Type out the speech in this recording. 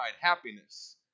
happiness